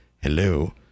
hello